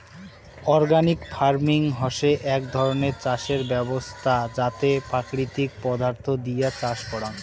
organic farming হসে এক ধরণের চাষের ব্যবছস্থা যাতে প্রাকৃতিক পদার্থ দিয়া চাষ করাং